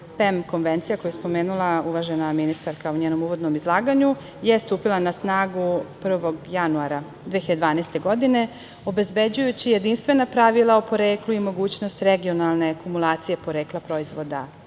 PEM konvencija koju je spomenula uvažena ministarka u njenom uvodnom izlaganju je stupila na snagu 1. januara 2012. godine, obezbeđujući jedinstvena pravila o poreklu i mogućnost regionalne komunikacije porekla proizvoda